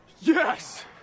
Yes